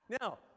Now